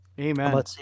amen